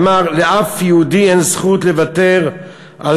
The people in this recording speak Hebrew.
הוא אמר: לאף יהודי אין זכות לוותר על